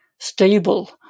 stable